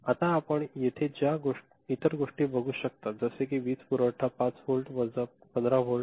आता आपण येथे ज्या इतर गोष्टी बघूशकतो जसे कि वीजपुरवठा 5 व्होल्ट वजा 15 व्होल्ट